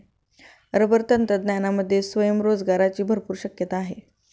rubber तंत्रज्ञानामध्ये स्वयंरोजगाराची भरपूर शक्यता आहे